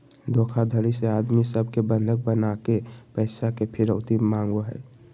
धोखाधडी से आदमी सब के बंधक बनाके पैसा के फिरौती मांगो हय